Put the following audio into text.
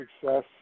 success